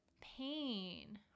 pain